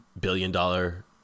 billion-dollar